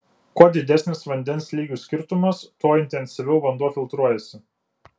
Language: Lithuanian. kuo didesnis vandens lygių skirtumas tuo intensyviau vanduo filtruojasi